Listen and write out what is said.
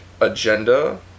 agenda